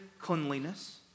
cleanliness